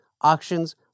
auctions